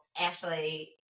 Ashley